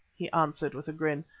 he answered with a grin,